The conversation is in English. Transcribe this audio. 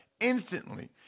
instantly